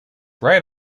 right